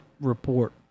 report